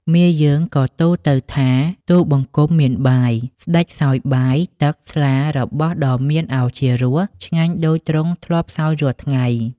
មាយើងក៏ទូលទៅថាទូលបង្គំមានបាយ ស្តេចសោយបាយ ទឹក ស្លា របស់ដ៏មានឱជារសឆ្ងាញ់ដូចទ្រង់ធ្លាប់សោយរាល់ថ្ងៃ។